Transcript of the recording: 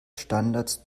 standards